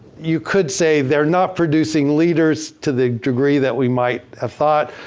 you could say they're not producing leaders to the degree that we might of thought,